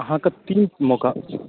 अहाँकेँ तीन मौका